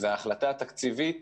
וההחלטה התקציבית